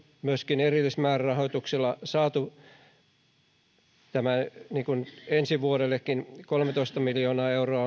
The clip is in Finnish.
myöskin erillismäärärahoituksella saatu ensi vuodellekin tämä kolmetoista miljoonaa euroa